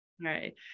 right